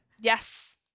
yes